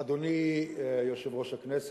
אדוני היושב-ראש,